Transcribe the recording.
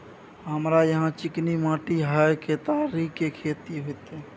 हमरा यहाँ चिकनी माटी हय केतारी के खेती होते?